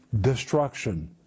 destruction